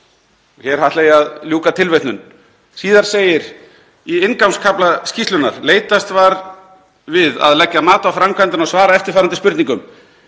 Hér ætla ég að ljúka tilvitnun en síðar segir í inngangskafla skýrslunnar: „Leitast var við að leggja mat á framkvæmdina og svara eftirfarandi spurningum: